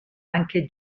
anche